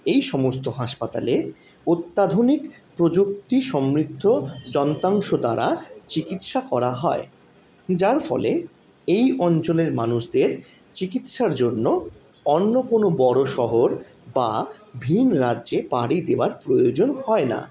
এই সমস্ত হাসপাতালে অত্যাধুনিক প্রযুক্তি সমৃদ্ধ যন্ত্রাংশ দ্বারা চিকিৎসা করা হয় যার ফলে এই অঞ্চলের মানুষদের চিকিৎসার জন্য অন্য কোনো বড়ো শহর বা ভিন রাজ্যে পাড়ি দেবার প্রয়োজন হয় না